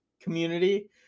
community